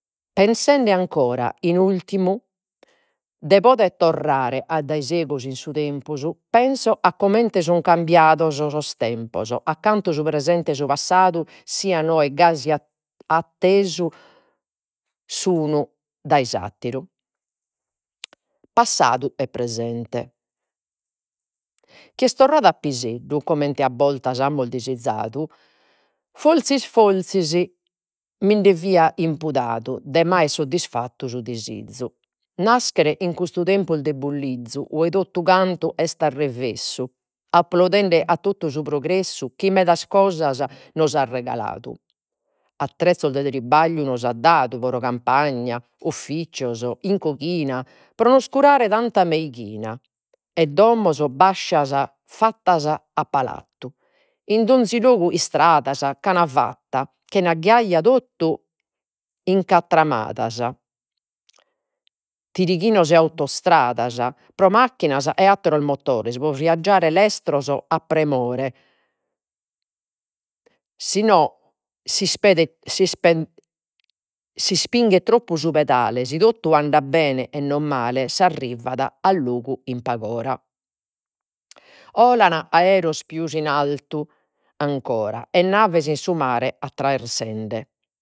Pensende ancora, in ultimu, de podere torrare addaisegus in su tempus, penso a comente sun cambiados sos tempos, a cantu su presente e su passadu sian oe attesu s’unu dai s’atteru, passadu e presente. Chie est torradu a piseddu comente a bortas amus disizadu, forsis forsis minde fia impudadu de m'aere suddisfattu su disizu. Naschere in custu tempus de bulizu, 'ue totu cantu est a revessu applaudende a su progressu chi medas cosas nos at regaladu. Attrezzos de tribagliu nos at dadu pro campagna, offiscios, in coghina, pro nos curare tanta meighina, e domos bascias fattas a palattu. In donzi logu istradas fatta chena ghiaia, totu incatramadas, tirighinos e autostradas, pro macchinas e atteros motores. Pro viaggiare lestros a premore, si no s'ispinghet troppu su pedale, si totu andat bene e no male, si arrivat a logu in pag'ora. 'Olan aereos pius in altu ancora e naves in su mare attraessende